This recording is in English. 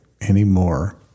anymore